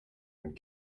and